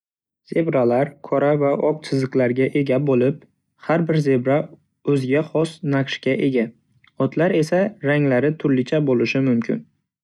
Zebralar qora va oq chiziqlarga ega bo'lib, har bir zebra o'ziga xos naqshga ega. Otlar esa ranglari turlicha bo'lishi mumkin.